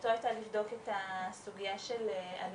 מטרתו הייתה לבדוק את הסוגיה של אלימות